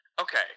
Okay